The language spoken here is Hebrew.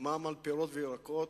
מע"מ על פירות וירקות,